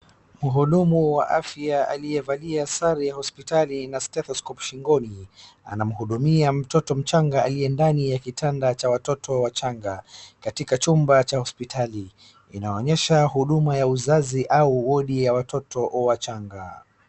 Mhudumu wa afya aliyevalia sare ya hospitali na stethoscope shingoni anamhudumia mtoto mchanga aliye ndani ya kitanda cha watoto wachanga katika chumba cha hospitali. Inaonyesha huduma ya uzazi au wodi ya watoto wachanga.